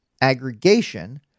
aggregation